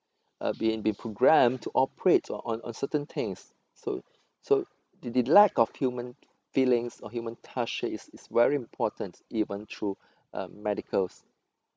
uh being be programmed to operate on on certain things so so the the lack of human feelings or human touch is is very important even through uh medicals